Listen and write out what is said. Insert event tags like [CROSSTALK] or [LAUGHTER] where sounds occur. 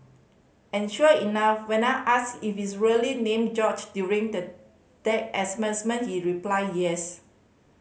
and sure enough when I asked if he's really named George during the deck [UNINTELLIGIBLE] he replied yes